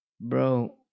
bro